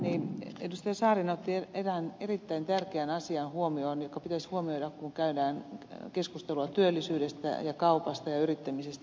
saarinen otti huomioon erään erittäin tärkeän asian joka pitäisi huomioida kun käydään keskustelua työllisyydestä ja kaupasta ja yrittämisestä